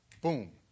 boom